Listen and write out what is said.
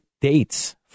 dates